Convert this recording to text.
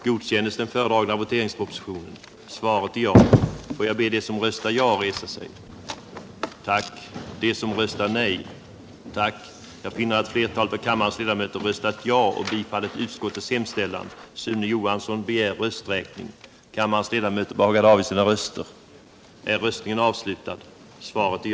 I fråga om detta betänkande hålles gemensam överläggning för samtliga punkter. Under den gemensamma överläggningen får yrkanden framställas beträffande samtliga punkter i betänkandet.